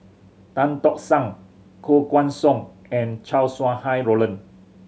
Tan Tock San Koh Guan Song and Chow Sau Hai Roland